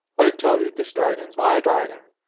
i tell you this dragon's my dragon.